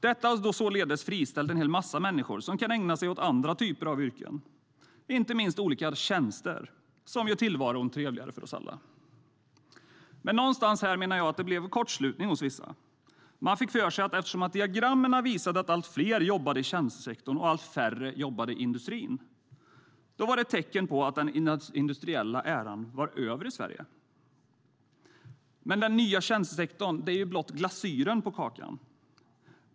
Detta har således friställt en hel massa människor som kan ägna sig åt andra typer av yrken, inte minst olika tjänster som gör tillvaron trevligare för oss alla. Någonstans här blev det dock kortslutning hos vissa, menar jag. Man fick för sig att eftersom diagrammen visade att allt fler jobbade i tjänstesektorn och allt färre i industrin var det ett tecken på att den industriella eran var över i Sverige. Men den nya tjänstesektorn är blott glasyren på kakan.